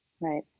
right